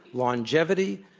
longevity,